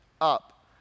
up